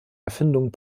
erfindung